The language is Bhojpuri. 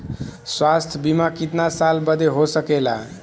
स्वास्थ्य बीमा कितना साल बदे हो सकेला?